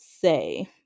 say